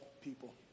people